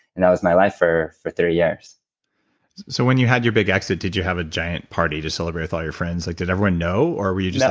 and that was my life for for three years so when you had your big exit, did you have a giant party to celebrate with all your friends? like did everyone know, or were you just yeah